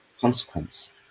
consequence